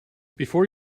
before